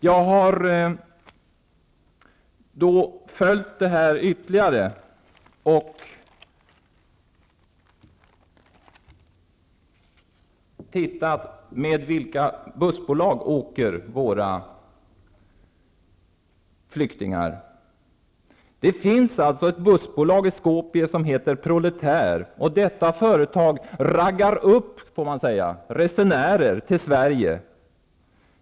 Jag har följt upp detta ytterligare och sett på vilka bussbolag våra flyktingar åker med. Det finns ett bussbolag i Skopje som heter Proletär. Detta företag raggar upp resenärer till Sverige.